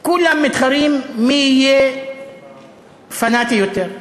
כולם מתחרים מי יהיה פנאטי יותר,